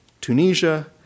Tunisia